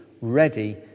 ready